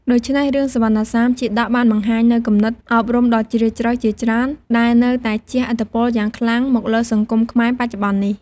ដូច្នេះរឿងសុវណ្ណសាមជាតកបានបង្ហាញនូវគំនិតអប់រំដ៏ជ្រាលជ្រៅជាច្រើន ដែលនៅតែជះឥទ្ធិពលយ៉ាងខ្លាំងមកលើសង្គមខ្មែរបច្ចុប្បន្ននេះ។